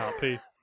Peace